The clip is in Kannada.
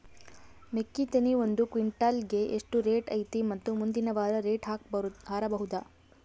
ಮೆಕ್ಕಿ ತೆನಿ ಒಂದು ಕ್ವಿಂಟಾಲ್ ಗೆ ಎಷ್ಟು ರೇಟು ಐತಿ ಮತ್ತು ಮುಂದಿನ ವಾರ ರೇಟ್ ಹಾರಬಹುದ?